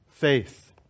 faith